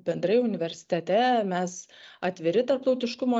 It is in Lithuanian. bendrai universitete mes atviri tarptautiškumo